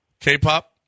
K-pop